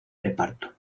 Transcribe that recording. reparto